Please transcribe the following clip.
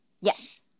Yes